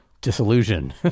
disillusion